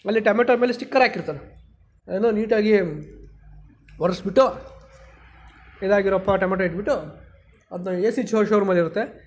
ಅಲ್ಲಿ ಟೊಮೆಟೋ ಮೇಲೆ ಸ್ಟಿಕ್ಕರ್ ಹಾಕಿರ್ತಾರೆ ಎಲ್ಲ ನೀಟಾಗಿ ಒರಿಸ್ಬಿಟ್ಟು ಟೊಮೆಟೋ ಇಟ್ಬಿಟ್ಟು ಅದನ್ನ A C show A C ಶೋರೂಮಲ್ಲಿರುತ್ತೆ